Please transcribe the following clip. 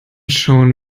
schon